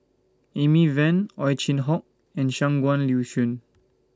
Amy Van Ow Chin Hock and Shangguan Liuyun